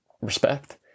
respect